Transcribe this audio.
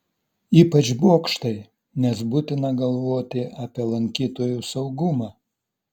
ypač bokštai nes būtina galvoti apie lankytojų saugumą